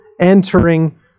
entering